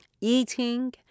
eating